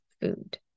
food